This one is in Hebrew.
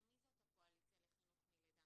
הרי מי זאת הקואליציה לחינוך מלידה?